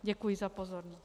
Děkuji za pozornost.